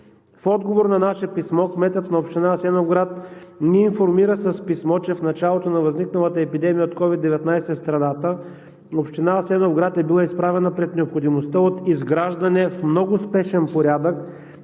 В отговор на наше писмо кметът на Община Асеновград ни информира с писмо, че в началото на възникналата епидемия от COVID-19 в страната Община Асеновград е била изправена пред необходимостта от изграждане в много спешен порядък